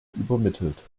übermittelt